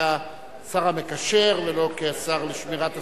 כשר המקשר ולא כשר לשמירת הסביבה,